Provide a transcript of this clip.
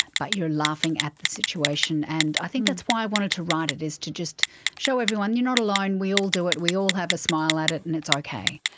but you are laughing at the situation. and i think that's why i wanted to write it, is to just show everyone you're not alone, we'll do it, we all have a smile at it and it's okay.